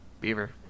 Beaver